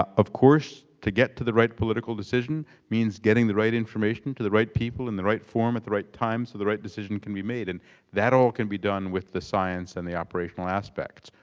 of course, to get to the right political decision means getting the right information to the right people in the right form at the right time so the right decision can be made, and that all can be done with the science and the operational aspects,